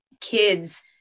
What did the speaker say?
kids